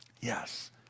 Yes